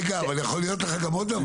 רגע אבל יכול להיות לך עוד דבר.